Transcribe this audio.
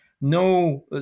No